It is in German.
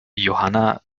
johanna